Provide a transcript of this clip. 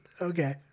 Okay